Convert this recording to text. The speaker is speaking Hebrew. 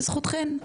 בזכותכן,